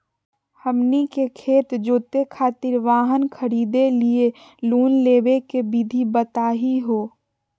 हमनी के खेत जोते खातीर वाहन खरीदे लिये लोन लेवे के विधि बताही हो?